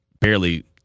barely